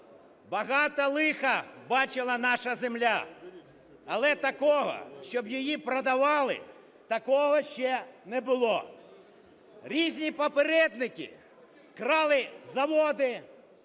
Багато лиха бачила наша земля, але такого, щоб її продавали, такого ще не було. Різні попередники крали заводи,